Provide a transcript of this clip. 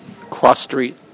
Cross-street